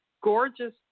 gorgeous